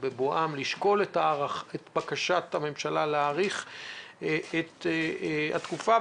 בבואם לשקול את בקשת הממשלה להאריך את התקופה.